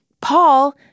Paul